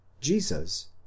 Jesus